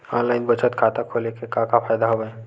online बचत खाता खोले के का का फ़ायदा हवय